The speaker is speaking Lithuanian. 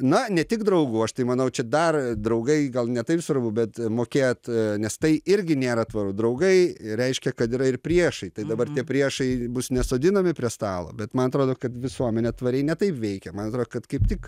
na ne tik draugų aš tai manau čia dar draugai gal ne taip svarbu bet mokėt nes tai irgi nėra tvaru draugai reiškia kad yra ir priešai tai dabar tie priešai bus nesodinami prie stalo bet man atrodo kad visuomenė tvariai ne taip veikia man atrodo kad kaip tik